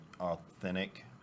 authentic